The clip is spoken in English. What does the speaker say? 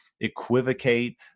equivocate